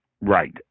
right